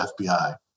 FBI